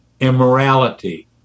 Immorality